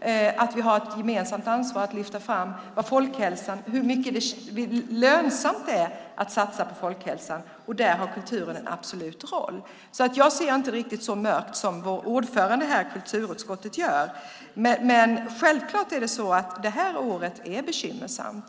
och att vi har ett gemensamt ansvar när det gäller att lyfta fram hur lönsamt det är att satsa på folkhälsan. Där har kulturen absolut en roll. Jag ser alltså inte riktigt så mörkt på detta som vår ordförande i kulturutskottet här gör. Men självklart är det här året bekymmersamt.